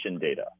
data